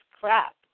crap